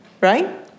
right